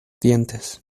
dientes